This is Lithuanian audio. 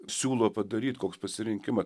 siūlo padaryt koks pasirinkima